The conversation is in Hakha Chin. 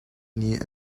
nih